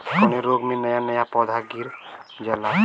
कवने रोग में नया नया पौधा गिर जयेला?